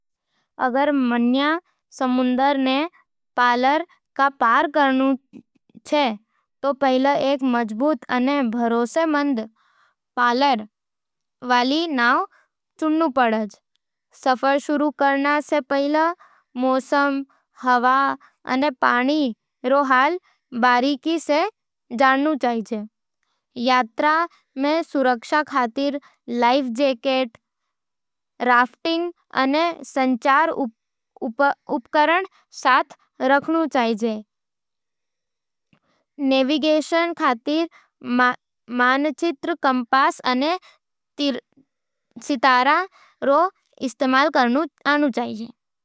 अगर मंया समुंदर ने पालर के पार करनो छे तो पहले एक मजबूत अने भरोसेमंद पालर वाली नाव चुनूं। सफर शुरू करण से पहले, मौसम, हवावां अने पानी रो हाल बारीकी सै जांचूं। यात्रा में सुरक्षा खातर लाइफ जैकेट, राफ्टिंग अने संचार उपकरण साथ राखूं। नेविगेशन खातर मानचित्र, कंपास अने सितारा रो इस्तेमाल चैजा।